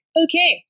okay